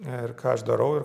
ir ką aš darau ir